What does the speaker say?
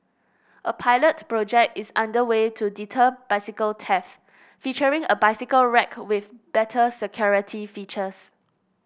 a pilot project is under way to deter bicycle theft featuring a bicycle rack with better security features